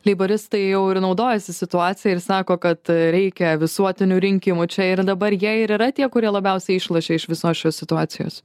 leiboristai jau ir naudojasi situacija ir sako kad reikia visuotinių rinkimų čia ir dabar jei ir yra tie kurie labiausiai išlošia iš visos šios situacijos